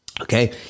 Okay